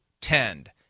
tend